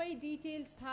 details